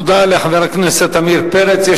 תודה לחבר הכנסת עמיר פרץ.